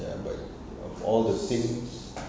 ya but all the same